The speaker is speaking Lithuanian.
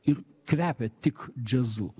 ir kvepia tik džiazu